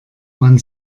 man